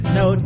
no